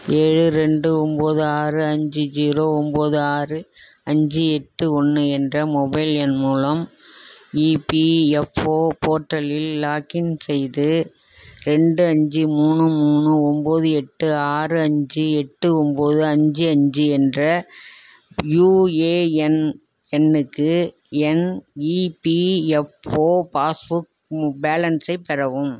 ஏழு ரெண்டு ஒம்பது ஆறு அஞ்சு ஜீரோ ஒம்பது ஆறு அஞ்சு எட்டு ஒன்று என்ற மொபைல் எண் மூலம் இபிஎஃப்ஓ போர்ட்டலில் லாக்இன் செய்து ரெண்டு அஞ்சு மூணு மூணு ஒம்பது எட்டு ஆறு அஞ்சு எட்டு ஒம்பது அஞ்சு அஞ்சு என்ற யுஏஎன் எண்ணுக்கு என் இபிஎஃப்ஓ பாஸ்புக் பேலன்ஸை பெறவும்